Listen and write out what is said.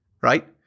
right